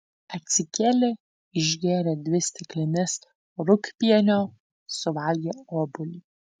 atsikėlė išgėrė dvi stiklines rūgpienio suvalgė obuolį